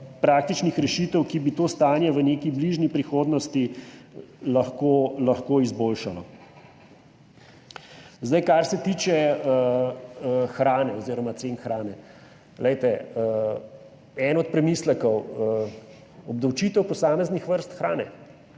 praktičnih rešitev, ki bi to stanje v neki bližnji prihodnosti lahko izboljšale. Kar se tiče hrane oziroma cen hrane. Eden od premislekov – obdavčitev posameznih vrst hrane.